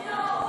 מן הראוי,